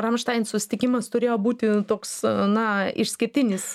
ramštain susitikimas turėjo būti toks na išskirtinis